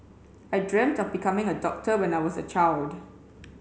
I dreamt of becoming a doctor when I was a child